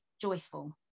joyful